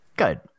Good